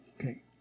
Okay